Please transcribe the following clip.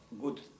good